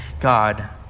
God